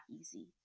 easy